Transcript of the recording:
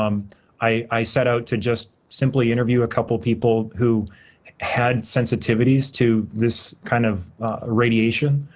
um i set out to just simply interview a couple people who had sensitivities to this kind of irradiation,